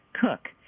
cook